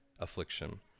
affliction